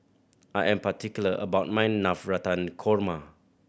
I am particular about my Navratan Korma